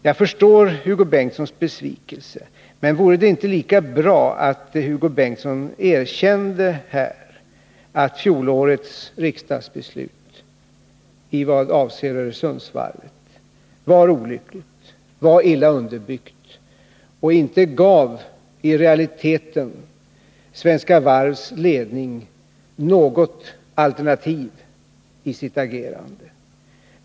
Jag förstår hans besvikelse, men vore det inte lika bra att han erkände att fjolårets riksdagsbeslut i vad avser Öresundsvarvet var olyckligt, illa underbyggt och i realiteten inte gav Svenska Varvs ledning något alternativ i sitt agerande.